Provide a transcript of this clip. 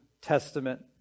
Testament